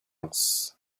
else